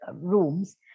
rooms